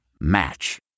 Match